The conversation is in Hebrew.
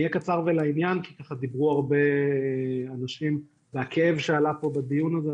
אני אהיה קצר ולעניין כי ככה דיברו הרבה אנשים והכאב שעלה פה בדיון הזה,